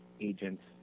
agents